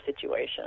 situation